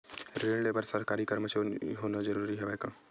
ऋण ले बर सरकारी कर्मचारी होना जरूरी हवय का?